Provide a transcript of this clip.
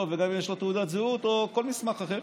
וגם אם יש לו תעודת זהות או כל מסמך אחר.